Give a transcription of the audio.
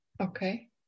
Okay